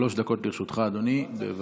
בבקשה.